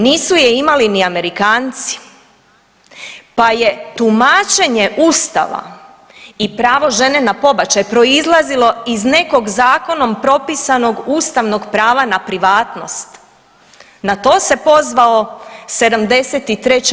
Nisu je imali ni Amerikanci, pa je tumačenje ustava i pravo žene na pobačaj proizlazilo iz nekog zakonom propisanog ustavnog prava na privatnost, na to se pozvao 73.